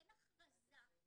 אין הכרזה,